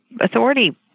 authority